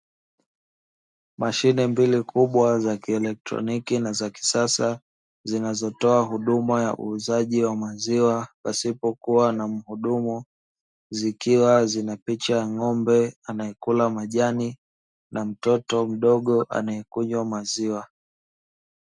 Mashine mbili kubwa za kielektroniki na za kisasa, zinazotoa huduma ya uuzaji wa maziwa, pasipo kuwa na mhudumu. Zikiwa zina picha ya ng'ombe anayekula majani na mtoto mdogo anaye kunywa maziwa.